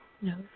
No